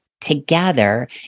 together